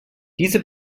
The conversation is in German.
diese